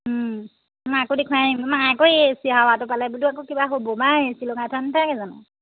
মাকো দেখুৱাই আনিম মা আকৌ এ চিৰ হাৱাটো পালে বোলো আকৌ কিবা হ'ব পাই এ চি লগাই থোৱা নাথাকে জানো